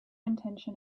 intention